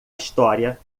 história